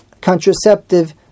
contraceptive